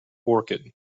orchid